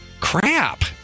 Crap